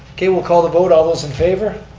okay we'll call the vote, all those in favor?